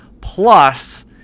plus